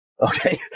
Okay